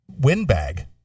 windbag